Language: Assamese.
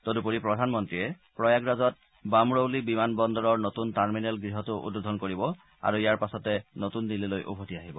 তদুপৰি প্ৰধানমন্ত্ৰীয়ে প্ৰয়াগৰাজত বামৰৌলি বিমান বন্দৰৰ নতুন টাৰ্মিনেল গৃহটো উদ্বোধন কৰিব আৰু ইয়াৰ পাছতে নতুন দিল্লীলৈ উভতি আহিব